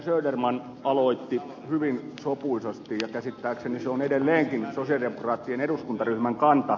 söderman aloitti hyvin sopuisasti ja käsittääkseni se on edelleenkin sosialidemokraattien eduskuntaryhmän kanta